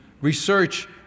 Research